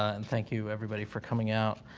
and thank you, everybody, for coming out.